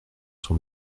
sur